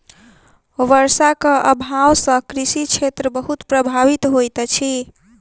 वर्षाक अभाव सॅ कृषि क्षेत्र बहुत प्रभावित होइत अछि